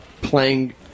playing